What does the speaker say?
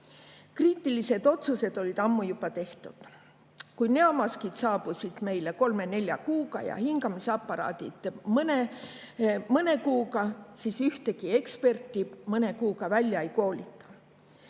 Kriitilised otsused olid ammu juba tehtud. Kui näomaskid saabusid meile kolme-nelja kuuga ja hingamisaparaadid mõne kuuga, siis ühtegi eksperti mõne kuuga välja ei koolita.